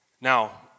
Now